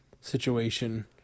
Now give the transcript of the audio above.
situation